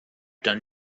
done